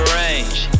range